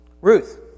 Ruth